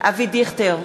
אבי דיכטר,